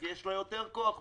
כי יש לה יותר כוח ממני.